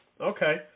okay